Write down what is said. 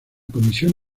comisión